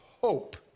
hope